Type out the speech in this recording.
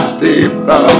people